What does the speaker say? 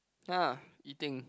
ya eating